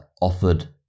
offered